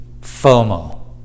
fomo